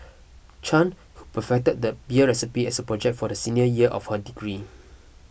Chan who perfected the beer recipe as a project for the senior year of her degree